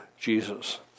Jesus